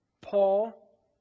Paul